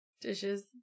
Dishes